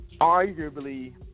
arguably